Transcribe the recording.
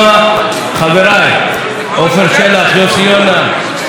חבריי עפר שלח, יוסי יונה, מירב בן ארי,